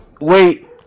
wait